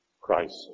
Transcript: Christ